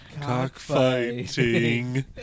cockfighting